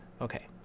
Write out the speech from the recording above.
Okay